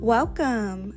Welcome